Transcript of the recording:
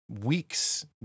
weeks